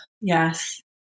yes